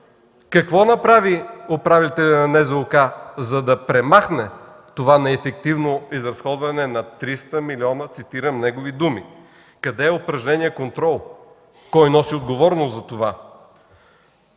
какво направи управителят на НЗОК, за да премахне това неефективно изразходване на 300 милиона, цитирам негови думи? Къде е упражненият контрол? Кой носи отговорност за това?